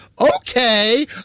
Okay